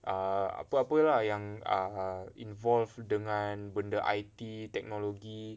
err apa-apa lah yang err involve dengan benda I_T teknologi